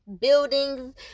buildings